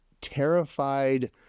terrified